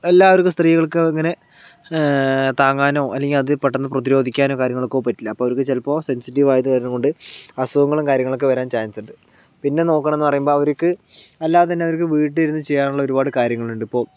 എല്ലാവർക്കും സ്ത്രീകൾക്കങ്ങനെ താങ്ങാനോ അല്ലങ്കിൽ അതിൽ പെട്ടന്ന് പ്രതിരോധിക്കാനോ കാര്യങ്ങൾക്കോ പറ്റില്ല അപ്പോൾ അവർക്ക് സെൻസിറ്റീവായത് കാരണം കൊണ്ട് അസുഖങ്ങളും കാര്യങ്ങളൊക്കെ വരാൻ ചാൻസുണ്ട് പിന്നെ നോക്കണെന്ന് പറയുമ്പോ അവർക്ക് അല്ലാതെ തന്നെ അവർക്ക് വീട്ടിലിരുന്ന് ചെയ്യാനുള്ള ഒരുപാട് കാര്യങ്ങളുണ്ട് ഇപ്പോൾ